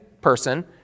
person